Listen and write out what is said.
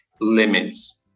limits